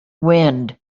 wind